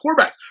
quarterbacks